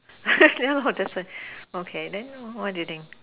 yeah lor that's why okay then what do you think